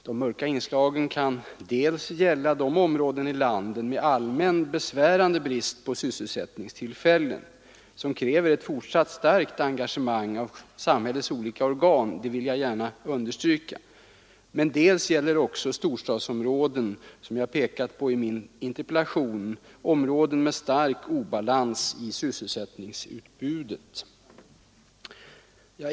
Det gäller dels områden i landet med allmänt besvärande brist på sysselsättningstillfällen som kräver fortsatt starkt engagemang av samhällets olika organ, dels också, som jag pekat på i min interpellation, storstadsområden med stark obalans i sysselsättningsutbudet.